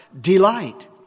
delight